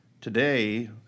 today